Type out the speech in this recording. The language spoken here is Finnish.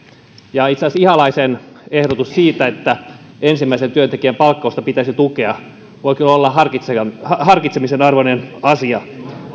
ja itse asiassa ihalaisen ehdotus siitä että ensimmäisen työntekijän palkkausta pitäisi tukea voi kyllä olla harkitsemisen harkitsemisen arvoinen asia